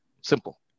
Simple